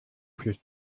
fluss